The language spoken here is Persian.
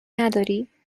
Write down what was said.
نداری